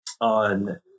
on